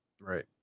Right